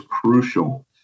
crucial